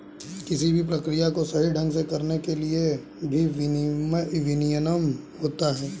किसी भी प्रक्रिया को सही ढंग से करने के लिए भी विनियमन होता है